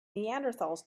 neanderthals